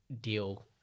deal